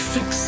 Fix